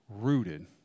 rooted